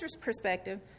perspective